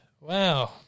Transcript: Wow